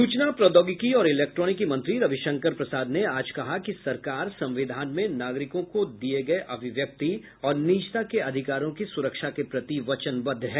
सूचना प्रौद्योगिकी और इलेक्ट्रोनिकी मंत्री रविशंकर प्रसाद ने आज कहा कि सरकार संविधान में नागरिकों के दिये गये अभिव्यक्ति और निजता के अधिकारों की सुरक्षा के प्रति वचनबद्ध है